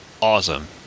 awesome